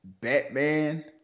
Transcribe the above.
Batman